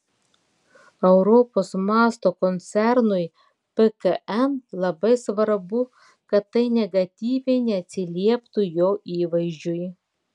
europos mąsto koncernui pkn labai svarbu kad tai negatyviai neatsilieptų jo įvaizdžiui